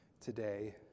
today